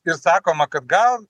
ir sakoma kad gal